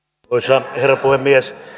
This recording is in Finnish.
arvoisa herra puhemies